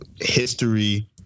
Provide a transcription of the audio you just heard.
history